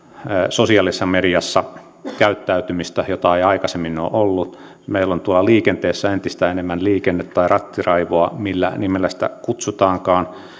sosiaalisessa mediassa käyttäytymistä jota ei aikaisemmin ole ollut meillä on liikenteessä entistä enemmän liikenne tai rattiraivoa millä nimellä sitä kutsutaankaan